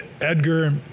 Edgar